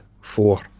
four